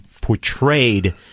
portrayed